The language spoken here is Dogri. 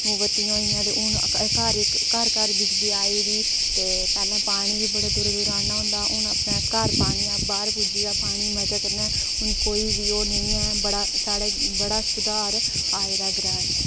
मोमबतियां होई गेइयां हू'न घर घर बिजली आई दी पैह्ले पानी बी दूरा दूरा आह्नना होंदा हा घर पुज्जी दा बाह्र पुज्जी दा पानी पैसे कन्नै हू'न बी ओह् बड़ा साढ़े बड़ा सुधार आए दा ग्राएं च